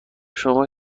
شما